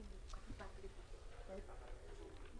צריך להבין,